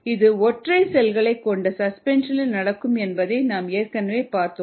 இது ஒற்றை செல்களை கொண்ட சஸ்பென்ஷனில் நடக்கும் என்பதை நாம் ஏற்கனவே பார்த்தோம்